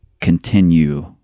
continue